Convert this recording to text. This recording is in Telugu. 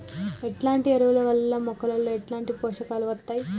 ఎట్లాంటి ఎరువుల వల్ల మొక్కలలో ఎట్లాంటి పోషకాలు వత్తయ్?